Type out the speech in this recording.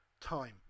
time